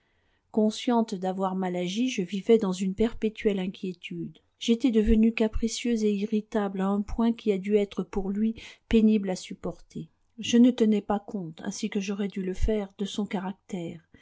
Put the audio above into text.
consciente d'avoir mal agi je vivais dans une perpétuelle inquiétude j'étais devenue capricieuse et irritable à un point qui a dû être pour lui pénible à supporter je ne tenais pas compte ainsi que j'aurais dû le faire de son caractère